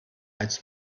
als